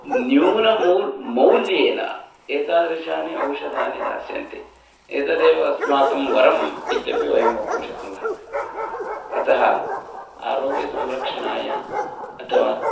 न्यूनेन मूल्यं मौल्येन एतादृशानि औषधानि दास्यन्ति एतदेव अस्माकं वरम् इत्यपि वयं वक्तुं शक्नुमः अतः आरोग्यसंरक्षणाय अथवा